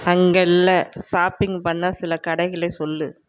அங்கல்ல shopping பண்ண சில கடைகளைச் சொல்